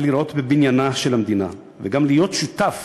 לראות בבניינה של המדינה וגם להיות שותף